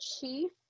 chief